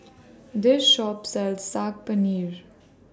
This Shop sells Saag Paneer